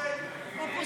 52 בעד, 58